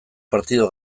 partido